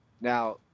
Now